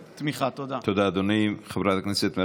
אם כל אחד מ-120 חברי הכנסת,